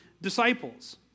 disciples